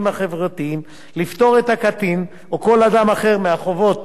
החברתיים לפטור את הקטין או כל אדם אחר מחובות